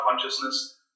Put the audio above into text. consciousness